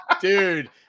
dude